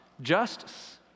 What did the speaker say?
justice